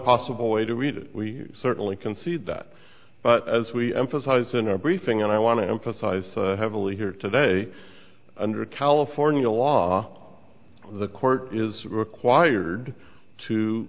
possible way to read it we certainly concede that but as we emphasize in our briefing and i want to emphasize heavily here today under california law the court is required to